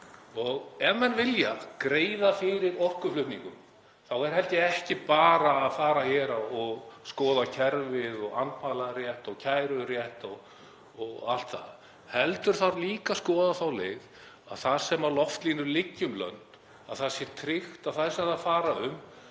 Ef menn vilja greiða fyrir orkuflutningum þá þarf, held ég, ekki bara að fara yfir og skoða kerfið og andmælarétt og kærurétt og allt það, heldur þarf líka að skoða þá leið að þar sem loftlínur liggja um lönd sé tryggt að þær fari þar um